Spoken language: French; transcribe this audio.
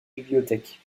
bibliothèque